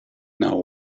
now